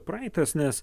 praeitas nes